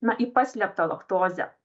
na į paslėptą laktozę